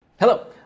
Hello